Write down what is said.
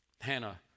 Hannah